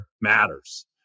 matters